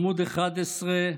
עמ' 11,